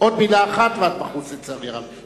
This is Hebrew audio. עוד מלה אחת ואת בחוץ, לצערי הרב.